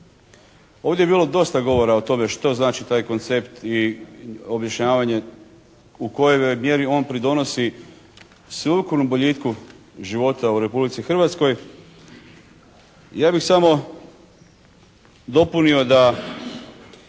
Ovdje je bilo dosta govora o tome što znači taj koncept i objašnjavanje u kojoj mjeri on pridonosi sveukupnom boljitku života u Republici Hrvatskoj. Ja bih samo dopunio da